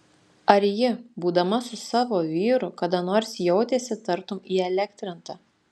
ar ji būdama su savo vyru kada nors jautėsi tartum įelektrinta